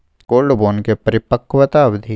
Gold bond के परिपक्वता अवधि?